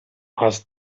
asked